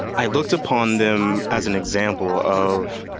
i looked upon them as an example of